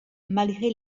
malgré